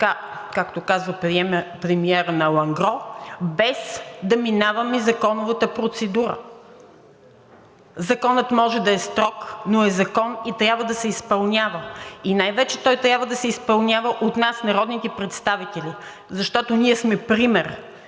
както казва премиерът – „на алангро“, без да минаваме законовата процедура. Законът може да е строг, но е закон и трябва да се изпълнява. Най-вече той трябва да се изпълнява от нас, народните представители, защото ние сме пример,